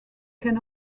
can